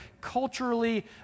culturally